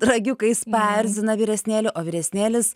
ragiukais paerzina vyresnėlį o vyresnėlis